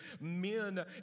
men